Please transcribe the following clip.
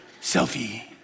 selfie